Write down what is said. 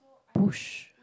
push